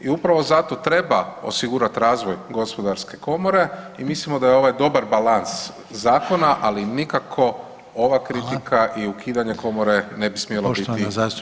I upravo zato treba osigurati razvoj gospodarske komore i mislimo da je ovo dobar balans zakona ali nikako ova kritika i ukidanje komore [[Upadica: Hvala.]] ne bi smjelo biti